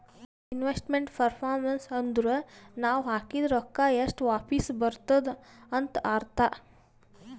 investment performance ಅಂದುರ್ ನಾವ್ ಹಾಕಿದ್ ರೊಕ್ಕಾ ಎಷ್ಟ ವಾಪಿಸ್ ಬರ್ತುದ್ ಅಂತ್ ಅರ್ಥಾ